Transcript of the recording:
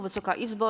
Wysoka Izbo!